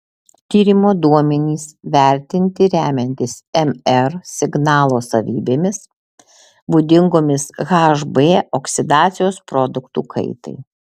tyrimo duomenys vertinti remiantis mr signalo savybėmis būdingomis hb oksidacijos produktų kaitai